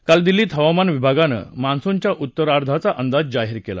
काल दिल्लीत हवामान विभागानं मान्सूनच्या उत्तरार्धाचा अंदाज जाहीर केला